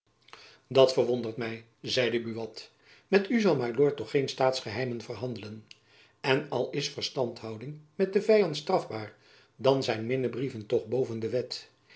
dat verwondert my zeide buat met u zal my lord toch geen staatsgeheimen verhandelen en al is verstandhouding met den vyand strafbaar dan jacob van lennep elizabeth musch zijn minnebrieven toch boven de wet